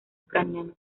ucraniano